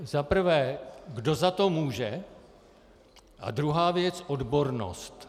Za prvé, kdo za to může, a druhá věc odbornost.